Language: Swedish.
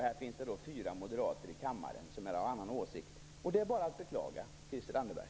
Det finns fyra moderater här i kammaren som är av annan åsikt, och det är bara att beklaga, Christel Anderberg.